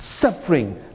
suffering